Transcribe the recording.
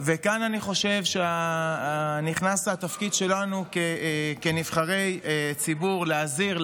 וכאן אני חושב שנכנס התפקיד שלנו כנבחרי ציבור: להזהיר,